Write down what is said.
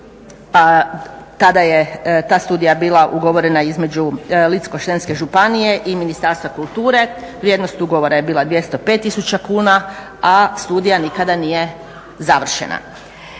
a tada je ta studija bila ugovorena između Ličko-senjske županije i Ministarstva kulture. Vrijednost ugovora je bila 205 tisuća kuna a studija nikada nije završena.